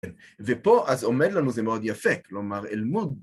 ופה אז עומד לנו זה מאוד יפה, כלומר, אל מול